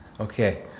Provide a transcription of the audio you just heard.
Okay